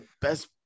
best